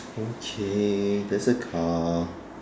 okay there's a car